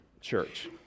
church